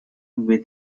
with